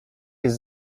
jest